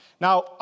Now